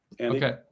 okay